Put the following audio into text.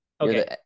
Okay